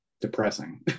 depressing